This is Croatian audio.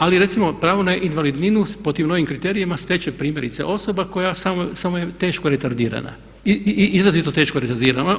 Ali recimo pravo na invalidninu po tim novim kriterijima stječe primjerice osoba koja samo je teško retardirana, izrazito teško retardirana.